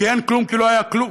כי אין כלום כי לא היה כלום,